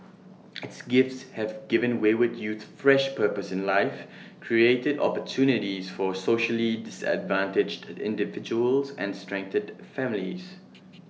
its gifts have given wayward youth fresh purpose in life created opportunities for socially disadvantaged individuals and strengthened families